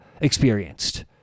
experienced